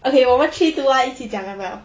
okay 我们 three two one 一起讲 ah